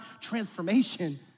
transformation